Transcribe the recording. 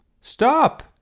Stop